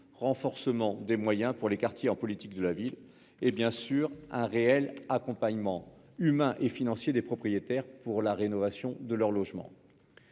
renforcement des moyens pour les quartiers prioritaires de la politique de la ville, et, bien sûr, à un réel accompagnement humain et financier des propriétaires pour la rénovation de leur logement.